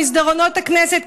במסדרונות הכנסת,